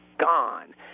gone